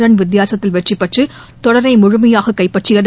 run வித்தியாசத்தில் வெற்றிபெற்று தொடரை முழுமையாக கைப்பற்றியது